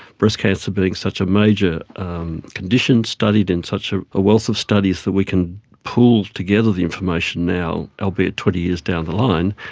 breast cancer being such a major condition, studied in such ah a wealth of studies that we can pool together the information now, albeit twenty years down the line,